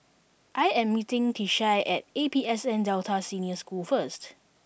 I am meeting Tishie at A P S N Delta Senior School first